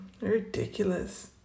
ridiculous